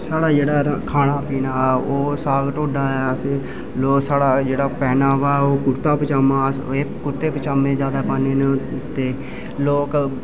साडा जेहड़ा खाना पीना ऐ ओह् साग ढोडा ऐ ते लोक जेहड़ा साढ़ा पहनाबा औह् कुर्ता पचामा ऐ अस कुर्ते पजामा ज्यादा पाने न ते लोक